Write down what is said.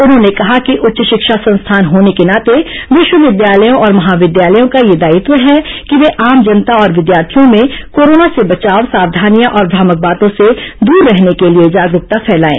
उन्होंने कहा कि उच्च शिक्षा संस्थान होने के नाते विश्वविद्यालयों और महाविद्यालयों का यह दायित्व है कि वे आम जनता और विद्यार्थियों में कोरोना से बचाव सावधानियां और भ्रामक बातों से दूर रहने के लिए जागरूकता फैलाएं